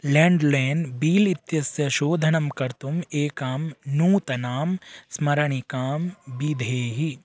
landline bill इत्यस्य शोधनं कर्तुम् एकां नूतनां स्मरणिकां विदेहि